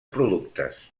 productes